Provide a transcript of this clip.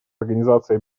организации